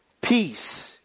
peace